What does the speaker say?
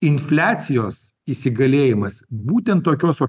infliacijos įsigalėjimas būtent tokios o